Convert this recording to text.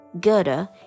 Gerda